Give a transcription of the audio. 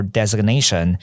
designation